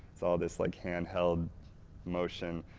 it's all this like hand held motion.